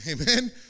Amen